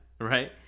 right